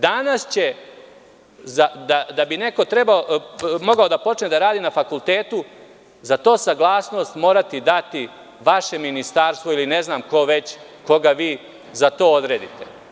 Danas, da bi neko mogao da počne da radi na fakultetu saglasnost mora dati vaše Ministarstvo ili ne znam ko već, koga vi za to odredite.